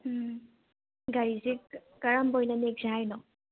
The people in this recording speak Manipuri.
ꯎꯝ ꯒꯥꯔꯤꯁꯦ ꯀꯔꯝꯕ ꯑꯣꯏꯅ ꯅꯦꯛꯁꯦ ꯍꯥꯏꯅꯣ